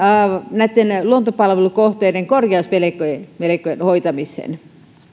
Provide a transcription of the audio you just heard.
näitten luontopalvelukohteiden kor jausvelkojen hoitamiseen